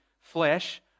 flesh